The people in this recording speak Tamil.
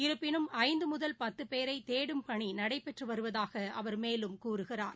இருப்பினும் ஐந்துமுதல் பத்துபேரரதேடும் பணிநடைபெற்றுவருவதாகஅவர் மேலும் கூறுகிறார்